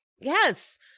yes